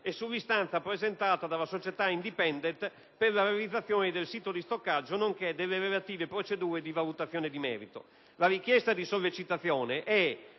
e sull'istanza presentata dalla Società Indipendent Gas Management per la realizzazione del sito di stoccaggio, nonché delle relative procedure di valutazione di merito. La richiesta di sollecitazione è